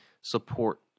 support